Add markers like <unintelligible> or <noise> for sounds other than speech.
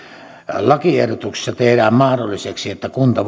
lakiehdotuksessa tehdään mahdolliseksi että kunta <unintelligible>